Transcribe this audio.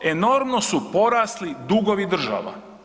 Enormno su porasli dugovi država.